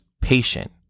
patient